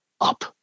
up